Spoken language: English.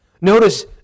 Notice